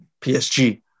PSG